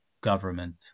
government